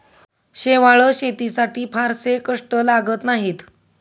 शेवाळं शेतीसाठी फारसे कष्ट लागत नाहीत